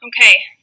Okay